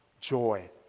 joy